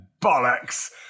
Bollocks